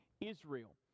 Israel